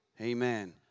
Amen